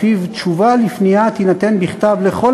שלפיו תשובה על פנייה תינתן בכתב לכל